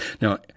Now